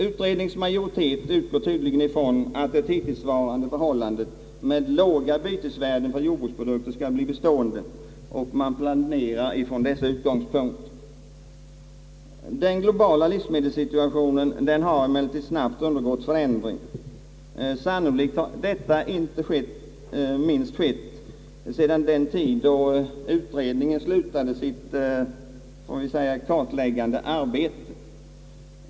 Utredningens majoritet utgår tydligen ifrån att det hittillsvarande förhållandet med låga bytesvärden för jordbruksprodukter skall bli bestående och planerar med detta som utgångspunkt. Den globala livsmedelssituationen har emellertid snabbt undergått en förändring, sannolikt inte minst efter den tidpunkt då utredningen slutade sitt kartläggande arbete.